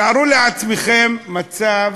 תארו לעצמכם מצב